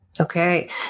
Okay